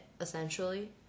essentially